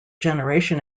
generation